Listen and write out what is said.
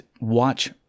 watch